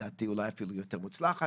לדעתי אולי אפילו יותר מוצלחת.